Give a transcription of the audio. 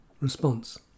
Response